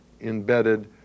embedded